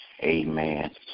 Amen